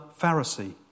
Pharisee